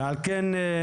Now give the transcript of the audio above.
על כן,